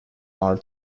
are